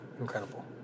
incredible